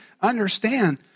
understand